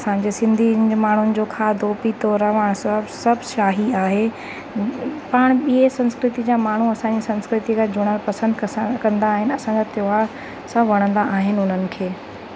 असांजे सिंधिनि माण्हुनि जो खाधो पीतो रहण सभु सभु शाही आहे पाणि ॿिएं संस्कृतीअ जा माण्हू असांजी संस्कृती सां जुड़ण पसंदि कसा कंदा आहिनि असांजा त्योहार सभु वणंदा आहिनि उन्हनि खे